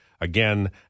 Again